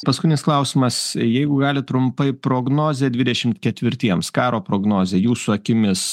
paskutinis klausimas jeigu galit trumpai prognozė dvidešimt ketvirtiems karo prognozė jūsų akimis